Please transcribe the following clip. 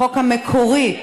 החוק המקורי,